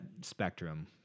spectrum